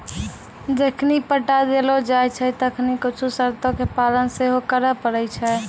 जखनि पट्टा देलो जाय छै तखनि कुछु शर्तो के पालन सेहो करै पड़ै छै